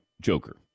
Joker